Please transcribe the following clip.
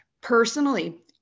Personally